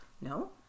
No